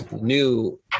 new